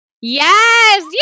Yes